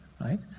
right